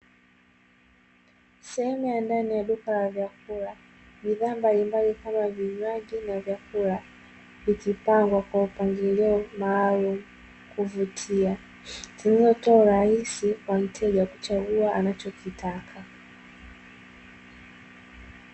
Sehemu ya ndani ya duka la vyakula bidhaa mbalimbali kama vinywaji na vyakula, vikipangwa kwa mpangilio maalumu wa kuvutia kuweka urahisi kwa mteja kuchagua anachokitaka.